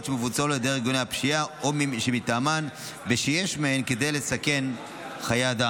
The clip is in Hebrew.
שמבוצעות על ידי ארגוני פשיעה או מי מטעמן ושיש בהן כדי לסכן חיי אדם.